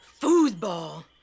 Foosball